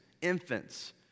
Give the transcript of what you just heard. infants